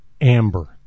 Amber